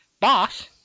boss